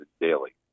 daily